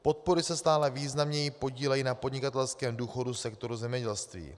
Podpory se stále významněji podílejí na podnikatelském důchodu sektoru zemědělství.